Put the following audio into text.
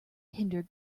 hinder